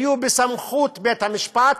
שהיו בסמכות בית-המשפט,